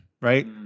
right